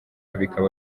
bikaba